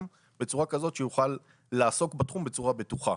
בצורה כזאת שיוכל לעסוק בתחום בצורה בטוחה.